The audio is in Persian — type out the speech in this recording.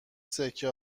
سکه